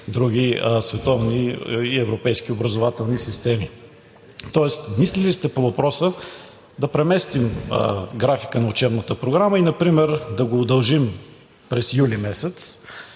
други световни и европейски образователни системи. Тоест мислили ли сте по въпроса да преместим графика на учебната програма и например да го удължим през юли месец